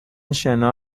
شنا